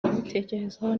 kubitekerezaho